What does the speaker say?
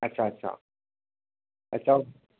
अच्छा अच्छा अच्छा